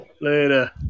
Later